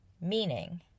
meaning